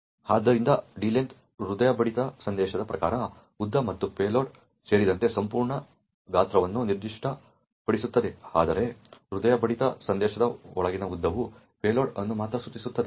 ಆದ್ದರಿಂದ d length ಹೃದಯ ಬಡಿತ ಸಂದೇಶದ ಪ್ರಕಾರ ಉದ್ದ ಮತ್ತು ಪೇಲೋಡ್ ಸೇರಿದಂತೆ ಸಂಪೂರ್ಣ ಗಾತ್ರವನ್ನು ನಿರ್ದಿಷ್ಟಪಡಿಸುತ್ತದೆ ಆದರೆ ಹೃದಯ ಬಡಿತ ಸಂದೇಶದ ಒಳಗಿನ ಉದ್ದವು ಪೇಲೋಡ್ ಅನ್ನು ಮಾತ್ರ ಸೂಚಿಸುತ್ತದೆ